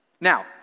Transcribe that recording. Now